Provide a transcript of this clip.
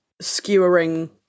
skewering